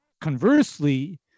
conversely